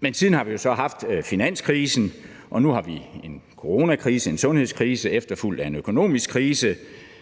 Men siden har vi så haft finanskrisen, og nu har vi en coronakrise, en sundhedskrise, efterfulgt af en økonomisk krise,